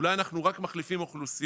אולי אנחנו רק מחליפים אוכלוסיות?